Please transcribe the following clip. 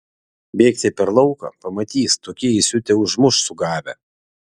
bėgti per lauką pamatys tokie įsiutę užmuš sugavę